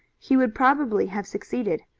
he would probably have succeeded,